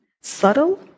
subtle